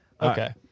Okay